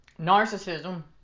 narcissism